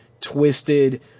twisted